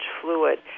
fluid